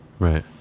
Right